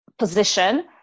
position